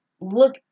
Look